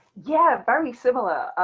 yeah, very similar,